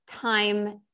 time